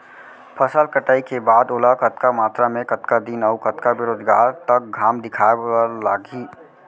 फसल कटाई के बाद ओला कतका मात्रा मे, कतका दिन अऊ कतका बेरोजगार तक घाम दिखाए बर लागही?